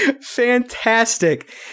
Fantastic